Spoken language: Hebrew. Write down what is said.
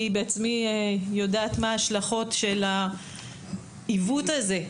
אני בעצמי יודעת מה ההשלכות של העיוות הזה.